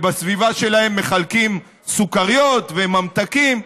ובסביבה שלהן מחלקים סוכריות וממתקים.